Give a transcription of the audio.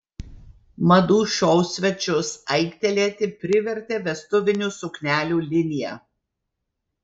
madų šou svečius aiktelėti privertė vestuvinių suknelių linija